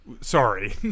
sorry